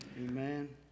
Amen